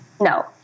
no